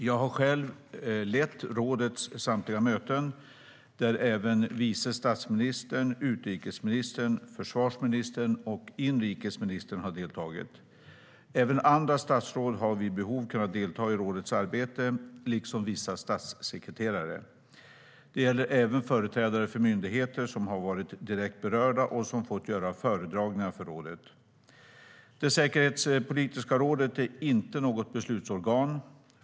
Jag har själv lett rådets samtliga möten, där även vice statsministern, utrikesministern, försvarsministern och inrikesministern har deltagit. Även andra statsråd har vid behov kunnat delta i rådets arbete, liksom vissa statssekreterare. Det gäller även företrädare för myndigheter som har vara direkt berörda och som fått göra föredragningar för rådet. Det säkerhetspolitiska rådet är inte något beslutsorgan.